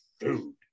food